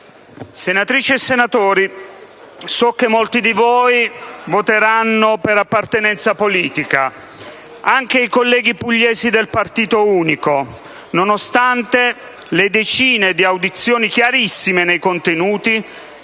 senatrici e senatori, so che molti di voi voteranno per appartenenza politica, anche i colleghi pugliesi del "partito unico", nonostante le decine di audizioni chiarissime nei contenuti